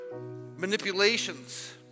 manipulations